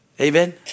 amen